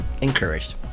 encouraged